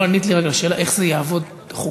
לא ענית לי על השאלה איך זה יעבוד חוקית.